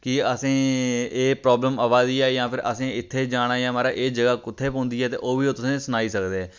कि असेंई एह् प्राब्लम आवा दी ऐ जां फिर असें इत्थें जाना ऐ महाराज एह् जगह् कुत्थें पौंदी ऐ ते ओह् बी तुसेंगी ओह् सनाई सकदे